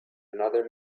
another